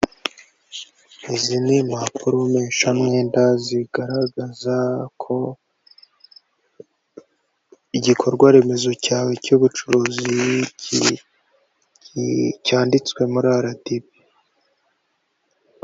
Izi ni impapuro mpeshamwenda, zigaragaza ko igikorwaremezo cyawe cy'ubucuruzi cyanditswe muri RDB.